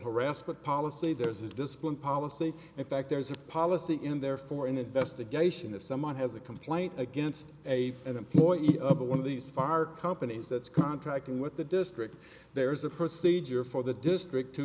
harassment policy there's a discipline policy effect there's a policy in there for an investigation if someone has a complaint against a an employee up to one of these fire companies that's contracting with the district there's a procedure for the district to